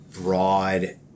broad